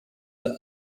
the